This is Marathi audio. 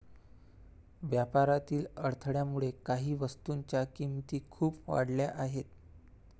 व्यापारातील अडथळ्यामुळे काही वस्तूंच्या किमती खूप वाढल्या आहेत